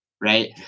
right